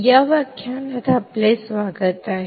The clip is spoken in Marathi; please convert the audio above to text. या व्याख्यानात आपले स्वागत आहे